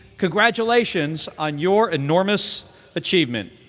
congratulations on your enormous achievement.